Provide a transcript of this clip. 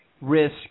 risk